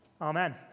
Amen